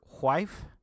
wife